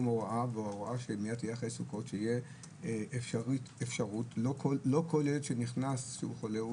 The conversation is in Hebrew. הוראה שתהיה אפשרות כך שלא כל ילד שנכנס כשהוא חולה,